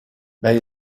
bij